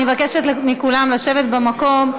אני מבקשת מכולם לשבת במקום.